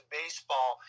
baseball